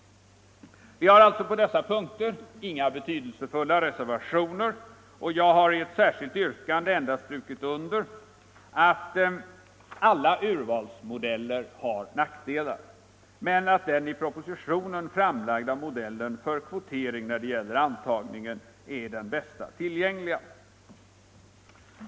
Vi har således på dessa punkter inga betydelsefulla reservationer, och jag har i ett särskilt yttrande endast strukit under att alla urvalsmodeller har nackdelar men att den i propositionen framlagda modellen för kvotering när det gäller antagningen är den bästa tillgängliga.